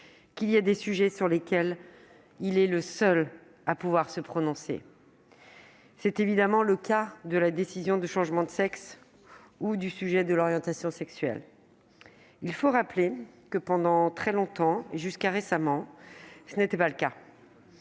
qu'il y a des sujets sur lesquels il a seul le pouvoir de se prononcer. Tel est évidemment le cas de la décision du changement de sexe ou du sujet de l'orientation sexuelle. Il faut rappeler que, pendant très longtemps et jusqu'à récemment, ce n'était pas le cas.